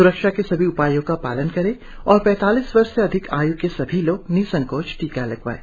सुरक्षा के सभी उपायों का पालन करें और पैतालीस वर्ष से अधिक आय् के सभी लोग निसंकोच टीका लगवाएं